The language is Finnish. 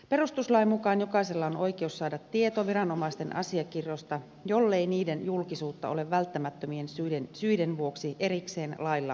perustuslain mukaan jokaisella on oikeus saada tieto viranomaisten asiakirjoista jollei niiden julkisuutta ole välttämättömien syiden vuoksi erikseen lailla rajoitettu